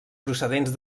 procedents